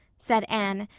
said anne,